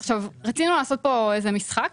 רצינו לעשות כאן איזה משחק,